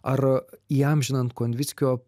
ar įamžinant konvickio